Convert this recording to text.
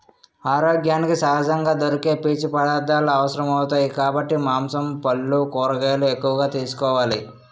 ఆరోగ్యానికి సహజంగా దొరికే పీచు పదార్థాలు అవసరమౌతాయి కాబట్టి మాంసం, పల్లు, కూరగాయలు ఎక్కువగా తీసుకోవాలి